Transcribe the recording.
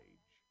Age